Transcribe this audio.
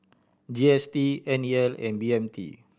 G S T N E L and B M T